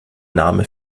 name